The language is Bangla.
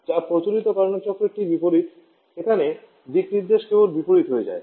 যা প্রচলিত কার্নোট চক্রের ঠিক বিপরীত এখানে দিকনির্দেশ কেবল বিপরীত হয়ে যায়